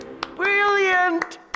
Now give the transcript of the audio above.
Brilliant